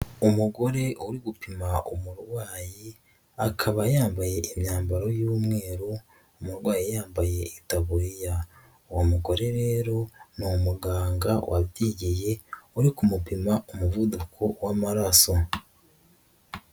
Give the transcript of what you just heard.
Umugore uri gupima umurwayi akaba yambaye imyambaro y'umweru umurwayi yambaye itaburiya, uwo mugore rero ni umuganga wabyigiye uri kumupima umuvuduko w'amaraso.